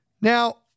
Now